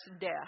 death